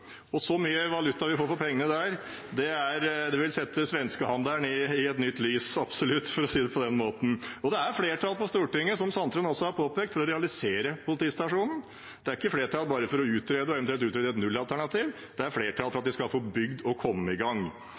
Så mye valuta for pengene som vi får der, vil absolutt sette svenskehandelen i et nytt lys, for å si det på den måten. Det er flertall på Stortinget, som Sandtrøen også har påpekt, for å realisere politistasjonen. Det er ikke flertall bare for å utrede, og eventuelt utrede et nullalternativ, det er flertall for at vi skal komme i gang og få bygd.